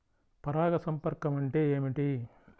పరాగ సంపర్కం అంటే ఏమిటి?